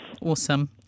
Awesome